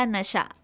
Nasha